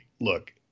Look